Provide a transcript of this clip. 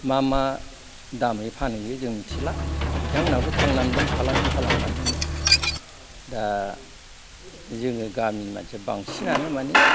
मा मा दामै फानहैयो जों मिथिला बिथांमोनाबो थांनानै दं फालांगि खालामनानैनो दा जोङो गामिनि मानसिया बांसिनानो माने